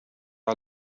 على